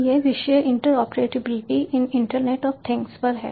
यह विषय interoperability in internet of things पर है